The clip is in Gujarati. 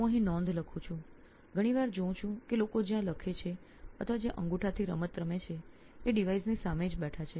હું અહીં નોંધો લખું છું પરંતુ મેં જોયું છે કે મોટાભાગે લોકો એ ઉપકરણની સામે જ બેઠા હોય છે લખતા હોય છે અથવા રમત રમતા હોય છે